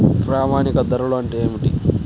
ప్రామాణిక ధరలు అంటే ఏమిటీ?